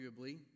arguably